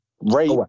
right